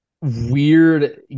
Weird